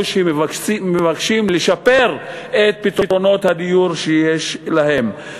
שמבקשים לשפר את פתרונות הדיור שיש להם.